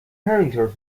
همینطور